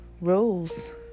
rules